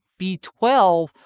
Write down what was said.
B12